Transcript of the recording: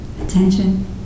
attention